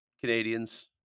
Canadians